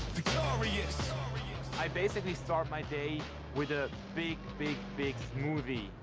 victorious i basically start my day with a big, big, big smoothie.